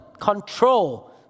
Control